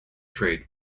trade